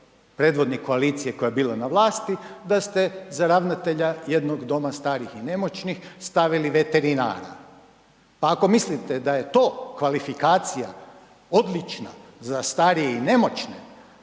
predvodnik koalicije koja je bila na vlasti da ste za ravnatelja jednog doma starih i nemoćnih stavili veterinara. Pa ako mislite da je to kvalifikacija odlična za starije i nemoćne,